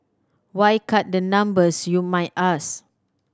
why cut the numbers you might ask